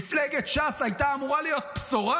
מפלגת ש"ס הייתה אמורה להיות בשורה.